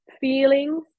feelings